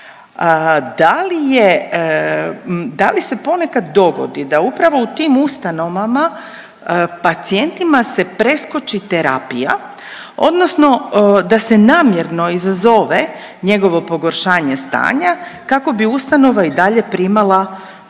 da li se ponekad dogodi da upravo u tim ustanovama pacijentima se preskoči terapija, odnosno da se namjerno izazove njegovo pogoršanje stanja, kako bi ustanova i dalje primala tu